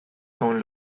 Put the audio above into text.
son